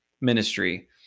ministry